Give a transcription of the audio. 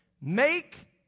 Make